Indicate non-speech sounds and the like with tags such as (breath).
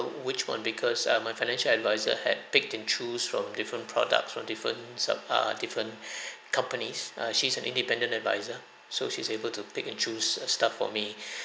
which [one] because uh my financial advisor had picked and choose from different products from different sub~ err different (breath) companies uh she's an independent advisor so she's able to pick and choose uh stuff for me (breath)